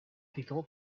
titel